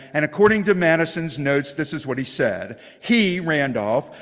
and according to madison's notes, this is what he said. he, randolph,